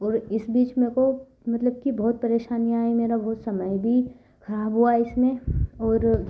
इस बीच में तो मतलब कि बहुत परेशानियाँ आई मेरा बहुत समय भी खराब हुआ इसमें और